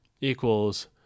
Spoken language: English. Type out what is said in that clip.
equals